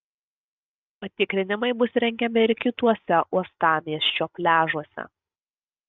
patikrinimai bus rengiami ir kituose uostamiesčio pliažuose